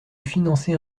financer